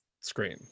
screen